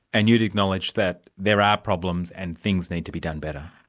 and you'd acknowledge that there are problems and things need to be done better?